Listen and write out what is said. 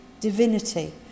divinity